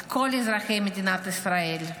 כל אזרחי מדינת ישראל.